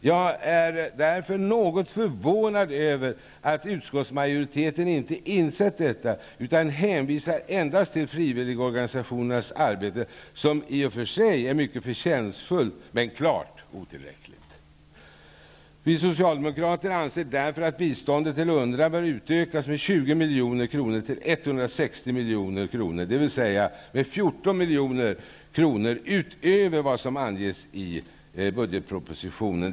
Jag är därför något förvånad över att utskottsmajoriteten inte insett detta utan endast hänvisar till frivilligorganisationernas arbete, som i och för sig är mycket förtjänstfullt men klart otillräckligt. Vi socialdemokrater anser att biståndet till UNRWA bör utökas med 20 milj.kr. till 160 milj.kr., dvs. med 14 milj.kr. utöver vad som anges i budgetpropositionen.